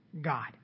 God